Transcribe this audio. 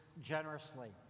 generously